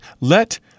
Let